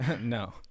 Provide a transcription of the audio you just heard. No